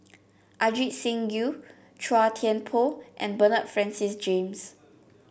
Ajit Singh Gill Chua Thian Poh and Bernard Francis James